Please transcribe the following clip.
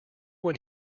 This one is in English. when